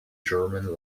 german